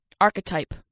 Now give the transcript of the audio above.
archetype